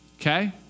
Okay